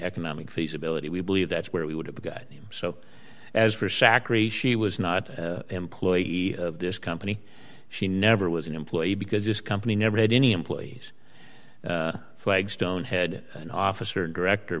economic feasibility we believe that's where we would have gotten so as for sacr she was not employed this company she never was an employee because this company never had any employees flagstone head an officer and director